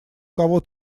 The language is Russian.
кого